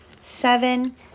seven